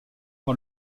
par